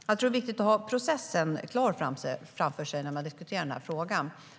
Herr talman! Jag tror att det är viktigt att ha processen klar för sig när man diskuterar den här frågan.